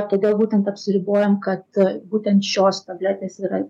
todėl būtent apsiribojom kad būtent šios tabletės yra